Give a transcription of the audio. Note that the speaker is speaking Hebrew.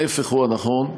ההפך הוא הנכון.